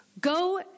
go